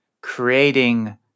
creating